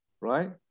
right